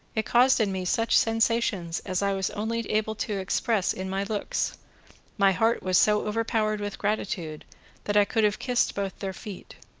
it caused in me such sensations as i was only able to express in my looks my heart was so overpowered with gratitude that i could have kissed both of their feet.